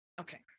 Okay